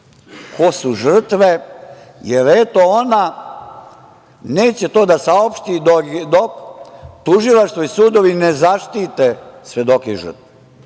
ko su žrtve jer, eto, ona neće to da saopšti dok tužilaštvo i sudovi ne zaštite svedoke i žrtve